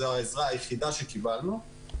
זו העזרה היחידה שקיבלנו,